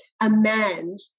amend